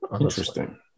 Interesting